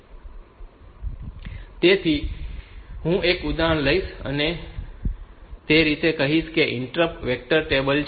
So તેથી હું એક ઉદાહરણ લઈશ અને તે રીતે કહીશ કે આ ઇન્ટરપ્ટ વેક્ટર ટેબલ છે